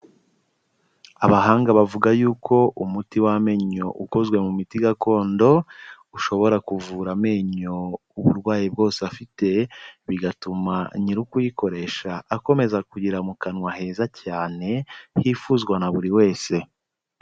Abahanga bavuga yuko umuti w'amenyo ukozwe mu miti gakondo, ushobora kuvura amenyo uburwayi bwose afite, bigatuma nyirukuyikoresha akomeza kugira mu kanwa heza cyane, hifuzwa na buri wese.